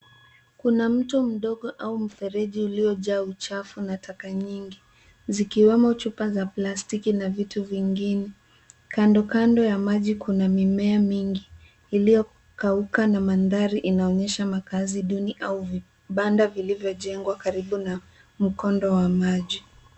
Kuna mto mdogo au mfereji uliojaa maji machafu na taka nyingi zikiwemo chupa za plastiki na vitu vingine. Kando kando ya maji kuna mimea mingi iliyokauka na mandhari inaonyesha makazi duni au vibanda vilivyojengwa karibu na mkondo wa maji.